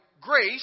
grace